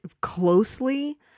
closely